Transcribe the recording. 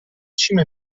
cima